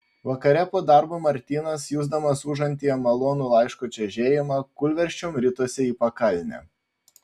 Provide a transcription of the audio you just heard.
vakare po darbo martynas jusdamas užantyje malonų laiško čežėjimą kūlversčiom ritosi į pakalnę